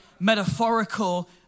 metaphorical